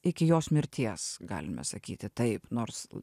iki jos mirties galime sakyti taip nors